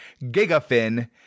Gigafin